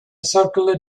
circular